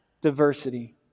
diversity